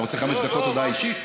אתה רוצה חמש דקות הודעה אישית?